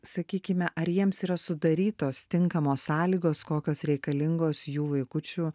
sakykime ar jiems yra sudarytos tinkamos sąlygos kokios reikalingos jų vaikučių